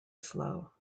slow